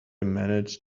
managed